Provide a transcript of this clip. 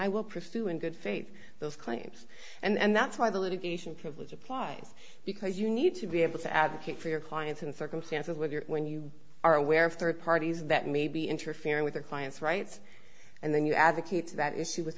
i will pursue in good faith those claims and that's why the litigation privilege applies because you need to be able to advocate for your clients in circumstances with your when you are aware of third parties that may be interfering with their client's rights and then you advocates that issue with